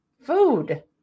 food